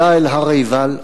עלה אל הר עיבל,